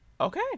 Okay